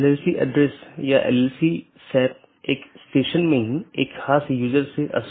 अगला राउटर 3 फिर AS3 AS2 AS1 और फिर आपके पास राउटर R1 है